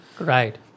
Right